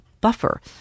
buffer